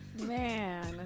Man